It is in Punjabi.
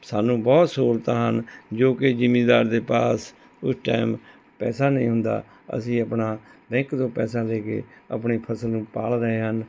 ਸਾਨੂੰ ਬਹੁਤ ਸਹੂਲਤਾਂ ਹਨ ਜੋ ਕਿ ਜ਼ਿਮੀਦਾਰ ਦੇ ਪਾਸ ਕੁਛ ਟਾਇਮ ਪੈਸਾ ਨਹੀਂ ਹੁੰਦਾ ਅਸੀਂ ਆਪਣਾ ਬੈਂਕ ਤੋਂ ਪੈਸਾ ਲੈ ਕੇ ਆਪਣੀ ਫਸਲ ਨੂੰ ਪਾਲ ਰਹੇ ਹਨ